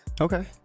Okay